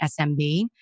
SMB